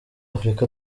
afurika